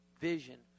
Vision